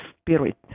spirit